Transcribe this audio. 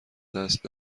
دست